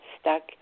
stuck